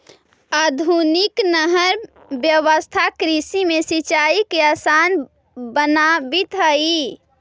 आधुनिक नहर व्यवस्था कृषि में सिंचाई के आसान बनावित हइ